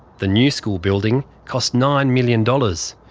the new school building cost nine million dollars,